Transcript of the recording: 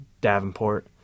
Davenport